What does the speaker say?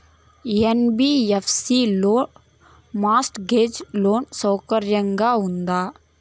NBFC లో mortgage loan సౌకర్యం ఉందా?